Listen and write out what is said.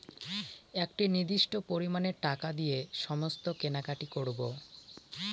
একটি নির্দিষ্ট পরিমানে টাকা দিয়ে সমস্ত কেনাকাটি করবো